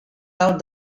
out